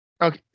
Okay